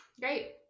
Great